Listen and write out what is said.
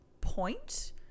point